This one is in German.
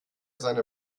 seine